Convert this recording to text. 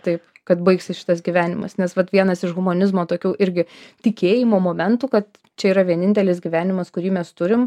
taip kad baigsis šitas gyvenimas nes vat vienas iš humanizmo tokių irgi tikėjimo momentų kad čia yra vienintelis gyvenimas kurį mes turim